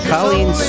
Colleen